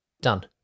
Done